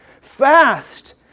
Fast